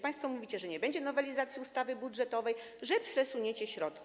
Państwo mówicie, że nie będzie nowelizacji ustawy budżetowej, że przesuniecie środki.